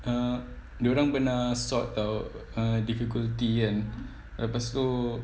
uh dia orang pernah sort of difficulty kan then lepas tu